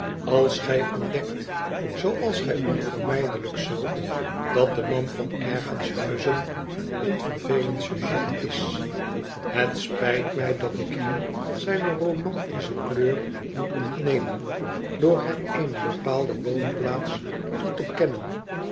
als gij ontdekt zoosds gij onvermijdelijk zult dat de man van ergenshuizen een vervelend sujet is het spijt mij dat ik hem zijne romantische kleur moet ontnemen door hem eene bepaalde woonplaats toe te kennen